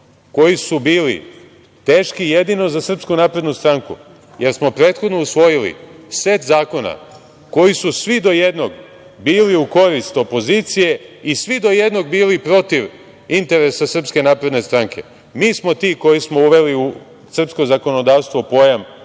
koji su bili teški jedino za Srpsku naprednu stranku, jer smo prethodno usvojili set zakona koji su svi do jednog bili u korist opozicije i svi do jednog bili protiv interesa SNS. Mi smo ti koji smo uveli u srpsko zakonodavstvo pojam